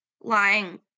lying